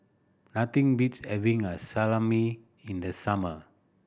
nothing beats having a Salami in the summer